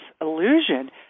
illusion